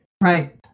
Right